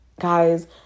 guys